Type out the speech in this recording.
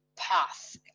path